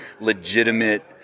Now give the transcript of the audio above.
legitimate